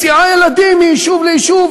מסיעה ילדים מיישוב ליישוב,